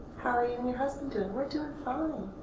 how are you and your husband doing? we're doing fine.